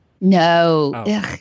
No